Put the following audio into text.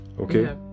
Okay